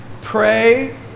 Pray